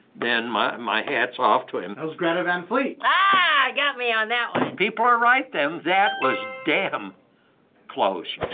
then my my hat's off to him. that was greta van fleet. ah! got me on that one! people are right then. that was damn close.